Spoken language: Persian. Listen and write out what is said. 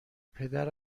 پدر